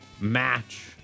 match